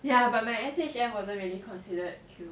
ya but my S_H_N wasn't really considered Q_O